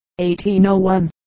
1801